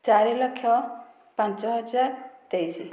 ଚରି ଲକ୍ଷ ପାଞ୍ଚ ହଜାର ତେଇଶ